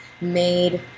made